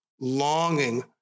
longing